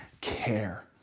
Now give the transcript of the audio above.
care